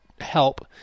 help